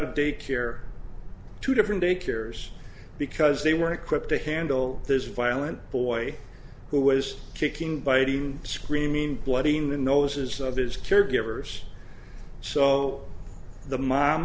of daycare two different daycares because they weren't equipped to handle this violent boy who was kicking biting screaming bloody in the noses of his caregivers so the mom